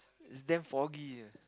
is damn foggy